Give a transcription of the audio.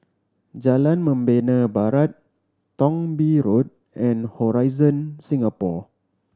Jalan Membina Barat Thong Bee Road and Horizon Singapore